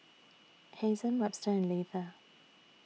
Hazen Webster and Leitha